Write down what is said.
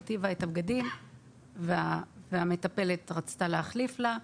הילדה הרטיבה את הבגדים והמטפלת רצתה להחליף לה.